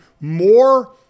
more